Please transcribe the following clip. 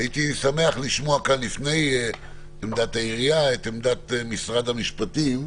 הייתי שמח לשמוע כאן לפני עמדת העירייה את עמדת משרד המשפטים.